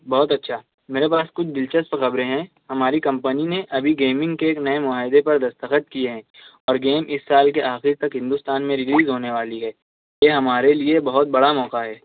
بہت اچھا میرے پاس کچھ دلچسپ خبریں ہیں ہماری کمپنی نے ابھی گیمنگ کے ایک نئے معاہدے پر دستخط کیے ہیں اور گیم اِس سال کے آخر تک ہندوستان میں ریلیز ہونے والی ہے یہ ہمارے لیے بہت بڑا موقع ہے